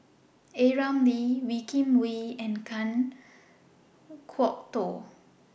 A Ramli Wee Kim Wee and Kan Kwok Toh